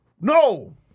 No